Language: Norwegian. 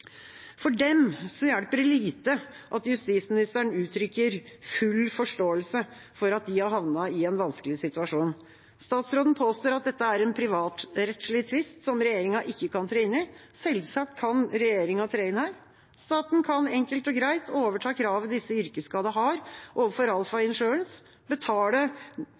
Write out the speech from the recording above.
For dem hjelper det lite at justisministeren uttrykker full forståelse for at de har havnet i en vanskelig situasjon. Statsråden påstår at dette er en privatrettslig tvist som regjeringa ikke kan tre inn i. Selvsagt kan regjeringa tre inn her. Staten kan enkelt og greit overta kravet disse yrkesskadde har overfor Alpha Insurance, betale